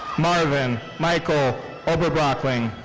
marvin michael oberbroeckling.